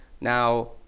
now